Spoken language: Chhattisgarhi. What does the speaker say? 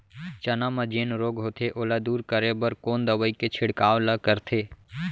चना म जेन रोग होथे ओला दूर करे बर कोन दवई के छिड़काव ल करथे?